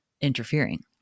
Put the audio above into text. interfering